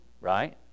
Right